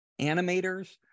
animators